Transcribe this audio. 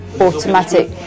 automatic